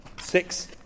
Six